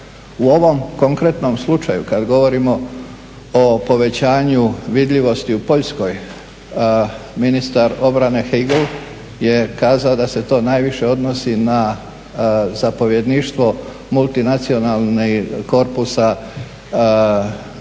U ovom konkretnom slučaju kada govorimo o povećanju vidljivosti u Poljskoj, ministar obrane Hagel je kazao da se to najviše odnosi na zapovjedništvo multinacionalnog korpusa